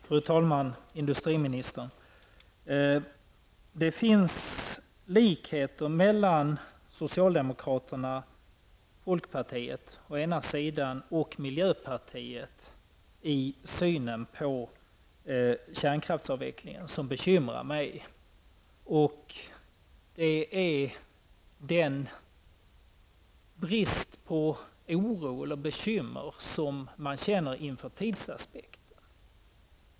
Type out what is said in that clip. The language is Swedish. Fru talman! Industriministern! Det finns likheter mellan å ena sidan folkpartiet och socialdemokraterna och å andra sidan miljöpartiet i synen på kärnkraftsavvecklingen, något som bekymrar mig. Det är den brist på oro eller bekymmer som man känner inför tidsaspekten.